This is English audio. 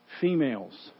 females